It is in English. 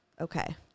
Okay